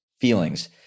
feelings